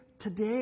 today